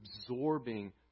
absorbing